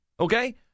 Okay